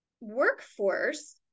workforce